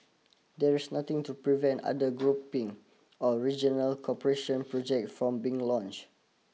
there is nothing to prevent other grouping or regional cooperation projects from being launch